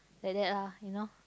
like that ah you know